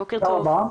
בוקר טוב.